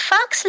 Fox